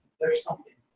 there's something